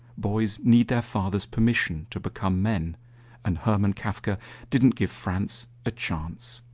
boys need their father's permission to become men and hermann kafka didn't give franz a chance.